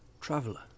traveler